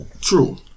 true